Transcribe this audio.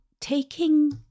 taking